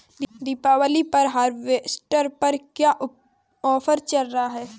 दीपावली पर हार्वेस्टर पर क्या ऑफर चल रहा है?